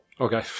Okay